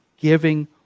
giving